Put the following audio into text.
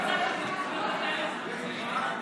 צביקה?